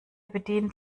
bedient